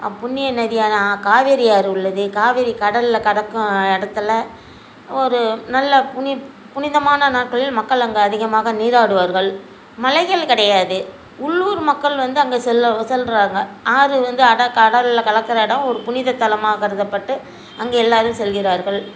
அப் புண்ணிய நதியான ஆ காவேரி ஆறு உள்ளது காவேரி கடலில் கடக்கும் இடத்துல ஒரு நல்ல புனி புனிதமான நாட்களில் மக்கள் அங்கே அதிகமாக நீராடுவார்கள் மலைகள் கிடையாது உள்ளூர் மக்கள் வந்து அங்கே செல்ல செல்றாங்க ஆறு வந்து அட கடலில் கலக்கிற இடோம் ஒரு புனிதத் தலமாக கருதப்பட்டு அங்கே எல்லாரும் செல்கிறார்கள்